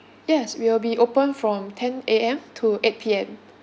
yes we will be open from ten A_M to eight P_M